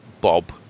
Bob